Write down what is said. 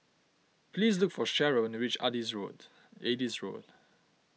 please look for Cheryll when you reach Adis Road Adis Road